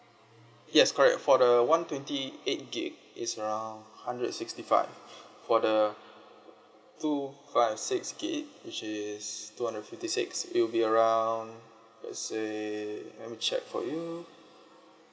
yes correct for the one twenty eight gig is around hundred sixty five for the two five six gig which is two hundred and fifty six it will be around let's say let me check for you